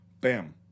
Bam